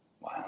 Wow